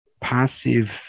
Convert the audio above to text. passive